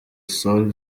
sol